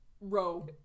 row